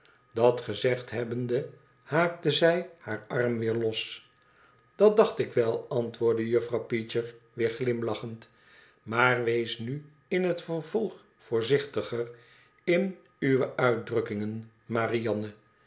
dat gezegd hebbende haakte zij haar arm weer los dat dacht ik wel antwoordde jufirouw peecher weer glimlachend maar wees nu in het vervolg voorzichtiger in uwe uitdrukkingen marianne